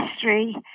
history